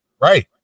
Right